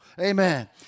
amen